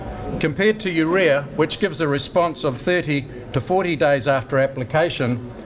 compared to urea, which gives a response of thirty to forty days after application